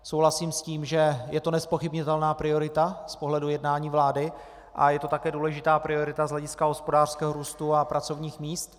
Souhlasím s tím, že je to nezpochybnitelná priorita z pohledu jednání vlády a je to také důležitá priorita z hlediska hospodářského růstu a pracovních míst.